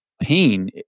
pain